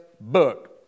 book